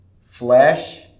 Flesh